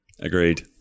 Agreed